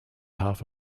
half